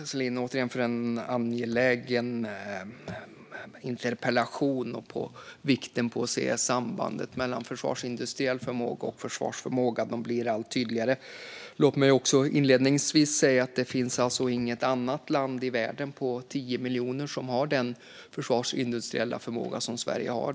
Herr talman! Tack, Markus Selin, för en angelägen interpellation! Det är viktigt att se sambandet mellan försvarsindustriell förmåga och försvarsförmåga. Det blir allt tydligare. Låt mig också inledningsvis säga att det inte finns något annat land med 10 miljoner invånare i världen som har den försvarsindustriella förmåga som Sverige har.